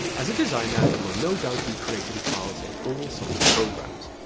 as a designer you will no doubt be creating files in all sorts of programs,